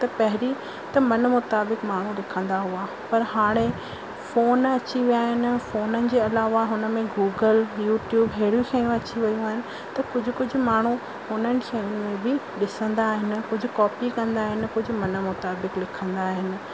त पहिरीं त मनु मुताबिक माण्हू लिखंदा हुआ पर हाणे फ़ॉन अची विया आहिनि फ़ोन जे अलावा हुन में गूगल यूट्यूब हेड़ी शयूं अची वेयूं आहिनि त कुझु कुझु माण्हू उन्हनि शयुनि में बि ॾिसंदा आहिनि कुझु कॉपी कंदा आहिनि कुझु मनु मुताबिक़ि लिखंदा आहिनि